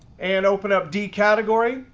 and open up d category,